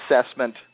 assessment